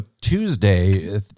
Tuesday